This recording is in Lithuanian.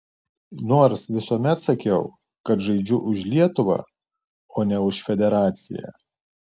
nors visuomet sakiau kad žaidžiu už lietuvą o ne už federaciją